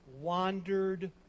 wandered